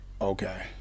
Okay